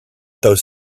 those